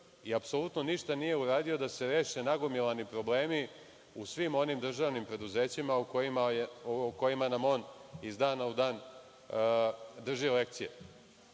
i apsolutno ništa nije uradio da se reše nagomilani problemi u svim onim državnim preduzećima u kojima nam on, iz dana u dan, drži lekcije.